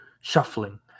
shuffling